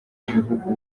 ibihugu